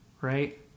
right